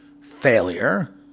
failure